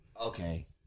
Okay